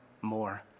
more